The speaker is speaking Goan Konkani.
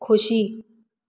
खोशी